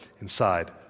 inside